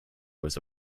was